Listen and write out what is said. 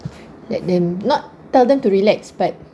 let them not tell them to relax but